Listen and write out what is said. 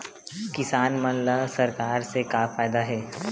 किसान मन ला सरकार से का फ़ायदा हे?